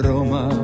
Roma